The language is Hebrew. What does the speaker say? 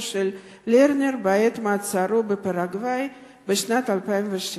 של לרנר בעת מעצרו בפרגוואי בשנת 2006,